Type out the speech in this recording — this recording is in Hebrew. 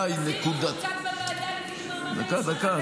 שהבעיה היא ----- דקה, דקה.